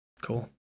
Cool